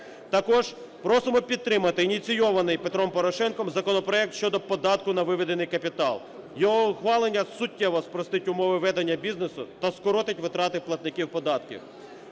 Також просимо підтримати ініційований Петром Порошенком законопроект щодо податку на виведений капітал, його ухвалення суттєво спростить умови ведення бізнесу та скоротить витрати платників податків.